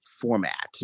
format